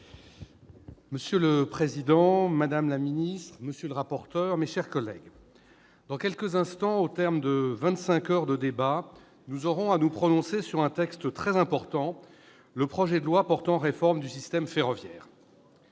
Monsieur le président, madame la ministre, monsieur le rapporteur, mes chers collègues, dans quelques instants, au terme de vingt-cinq heures de débat, nous aurons à nous prononcer sur un texte très important : le projet de loi portant réforme du système ferroviaire.